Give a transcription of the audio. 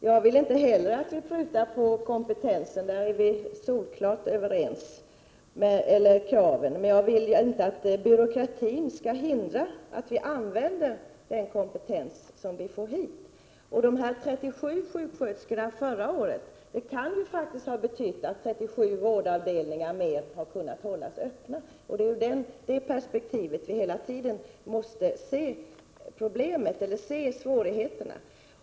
Herr talman! Inte heller jag vill att man skall pruta på kompetenskraven — där är vi solklart överens. Men jag vill inte att byråkratin skall hindra att vi använder den kompetens som vi får hit till vårt land. De 37 sjuksköterskor som det gällde förra året kunde ju faktiskt ha betytt att ytterligare 37 vårdavdelningar hade kunnat hållas öppna. Det är i det perspektivet vi hela tiden måste se svårigheterna.